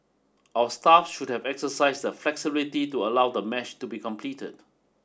our staff should have exercised the flexibility to allow the match to be completed